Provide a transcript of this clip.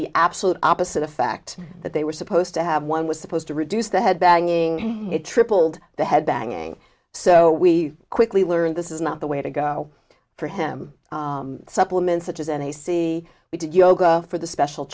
the absolute opposite effect that they were supposed to have one was supposed to reduce the headbanging it tripled the headbanging so we quickly learned this is not the way to go for him supplements such as n a c we did yoga for the special